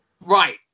right